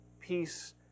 peace